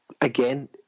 again